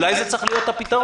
אולי זה צריך להיות הפתרון?